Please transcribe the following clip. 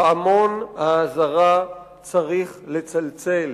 פעמון האזהרה צריך לצלצל.